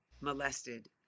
molested